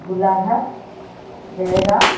Golaghat Dergaon